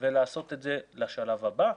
ולעשות את זה לשלב הבא.